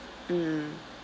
mm